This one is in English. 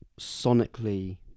sonically